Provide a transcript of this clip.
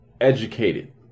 educated